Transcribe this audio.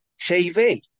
TV